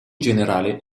generale